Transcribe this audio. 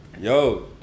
yo